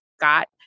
Scott